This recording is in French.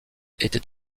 était